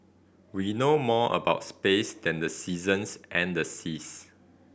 we know more about space than the seasons and the seas